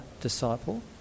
disciple